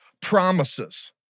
promises